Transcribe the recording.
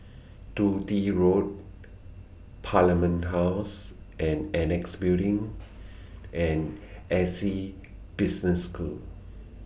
Dundee Road Parliament House and Annexe Building and Essec Business School